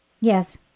Yes